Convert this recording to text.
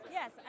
yes